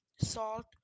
salt